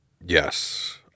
Yes